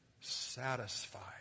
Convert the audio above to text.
satisfied